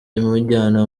imujyana